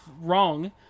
wrong